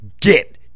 get